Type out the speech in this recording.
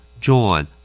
John